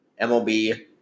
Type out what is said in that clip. MLB